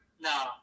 no